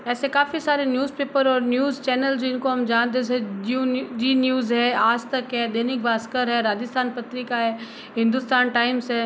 ऐसे काफ़ी सारे न्यूज़ पेपर और न्यूज़ चैनल जिनको हम जानते से जी न्यूज़ है आज तक है दैनिक भास्कर है राजस्थान पत्रिका है हिंदुस्तान टाइम्स है